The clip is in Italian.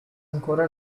ancora